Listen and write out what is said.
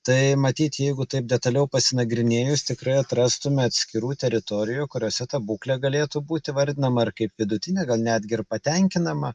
tai matyt jeigu taip detaliau pasinagrinėjus tikrai atrastume atskirų teritorijų kuriose ta būklė galėtų būti įvardinama ir kaip vidutinė gal netgi ir patenkinama